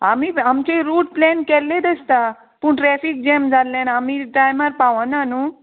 आमी आमचे route plan केल्लेत आसता पूण ट्रेफीक जॅम जाल्ले आनी आमी टायमार पावना न्हू